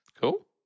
Cool